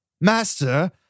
Master